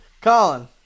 Colin